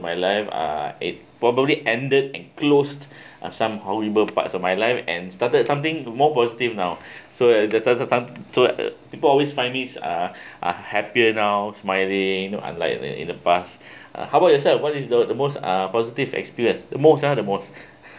my life uh it probably ended and closed uh some horrible parts of my life and started something more positive now so at the some so people always find me uh uh happier now smiling no unlike in the past uh how about yourself what is the most uh positive experience the most ha the most